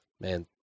man